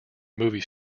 movie